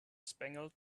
spangled